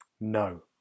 No